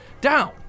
down